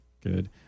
good